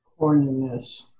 Corniness